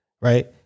right